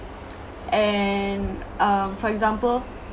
and um for example